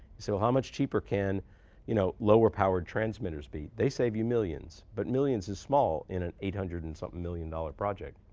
so how much cheaper can you know lower powered transmitters be? they save you millions, but millions is small in an eight hundred and something million dollar project.